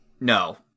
no